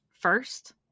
first